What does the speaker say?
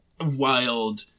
wild